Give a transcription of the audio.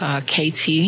KT